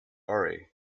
urry